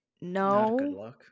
no